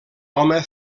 home